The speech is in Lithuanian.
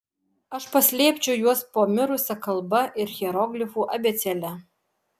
aš paslėpčiau juos po mirusia kalba ir hieroglifų abėcėle